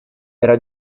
era